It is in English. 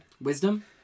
Wisdom